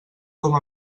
com